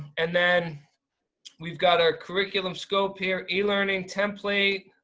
and then we've got our curriculum scope here, e-learning template.